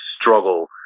struggle